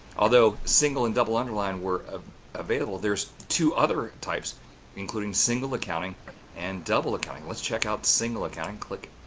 although, single and double underline were ah available, there is two other types including single accounting and double accounting. let's check out single accounting and click